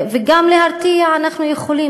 וגם להרתיע אנחנו יכולים.